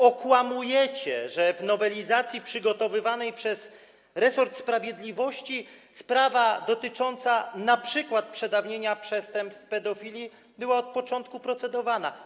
Okłamujecie, że w nowelizacji przygotowywanej przez resort sprawiedliwości sprawa dotycząca np. przedawnienia przestępstw pedofilii była od początku procedowana.